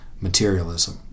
materialism